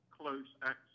close-access